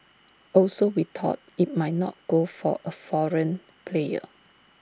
also we thought IT might not go for A foreign player